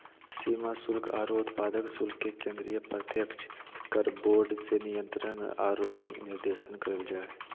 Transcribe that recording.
सीमा शुल्क आरो उत्पाद शुल्क के केंद्रीय प्रत्यक्ष कर बोर्ड से नियंत्रण आरो निर्देशन करल जा हय